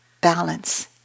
balance